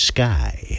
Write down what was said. Sky